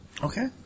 Okay